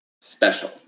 special